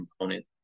component